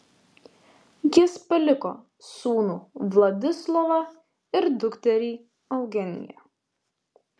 jis paliko sūnų vladislovą ir dukterį eugeniją